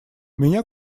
меня